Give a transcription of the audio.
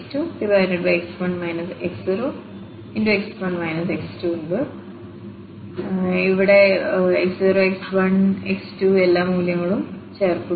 x0x1 x2 ഈ മൂല്യങ്ങളെല്ലാം വീണ്ടും ചേർക്കുന്നു